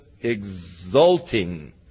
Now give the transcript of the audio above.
exulting